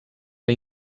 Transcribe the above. que